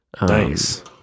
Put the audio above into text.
Nice